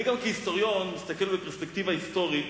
אני גם כהיסטוריון מסתכל בפרספקטיבה היסטורית